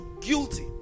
guilty